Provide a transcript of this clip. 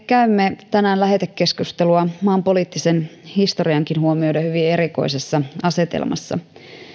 käymme tänään lähetekeskustelua maan poliittisen historiankin huomioiden hyvin erikoisessa asetelmassa